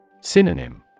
Synonym